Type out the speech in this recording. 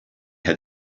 had